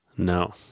No